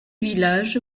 village